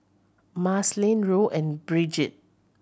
Marceline Roe and Brigid